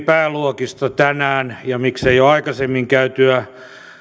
pääluokista tänään ja miksei jo aikaisemmin käytyä